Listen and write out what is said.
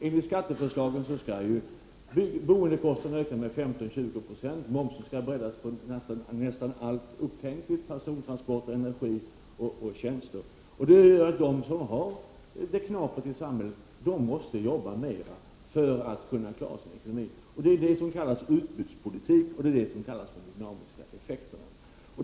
Enligt skatteförslagen skall ju boendekostnaderna öka med 15-20 96, och momsen skall breddas till nästan allt upptänkligt — persontransporter, energi och tjänster. Det gör alltså att de som har det knapert i samhället måste jobba mer för att kunna klara sig. Det är detta som kallas utbudspolitik, och det är detta som kallas de dynamiska effekterna.